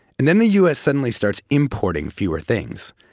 and then the us suddenly starts importing fewer things,